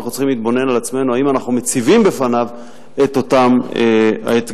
אנחנו צריכים להתבונן על עצמנו האם אנחנו מציבים בפניו את אותם אתגרים.